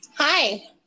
Hi